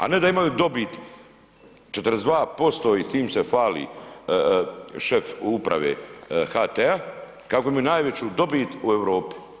A ne da imaju dobit 42% i s tim se hvali šef Uprave HT-a kako imaju najveći dobit u Europi.